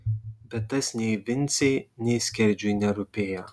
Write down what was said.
bet tas nei vincei nei skerdžiui nerūpėjo